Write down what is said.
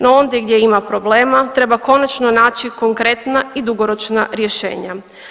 No ondje gdje ima problema treba konačno naći konkretna i dugoročna rješenja.